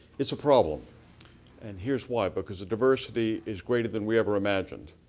it's a problem and here's why. but because diversity is greater than we ever imagined.